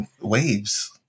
waves